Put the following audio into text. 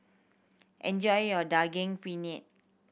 enjoy your Daging Penyet